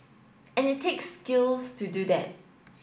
and it takes skills to do that